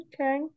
Okay